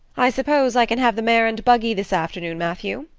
i suppose i can have the mare and buggy this afternoon, matthew?